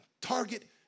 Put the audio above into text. Target